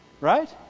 Right